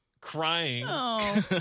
crying